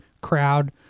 crowd